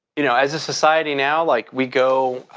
you know as a society now, like we go,